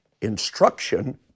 instruction